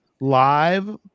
live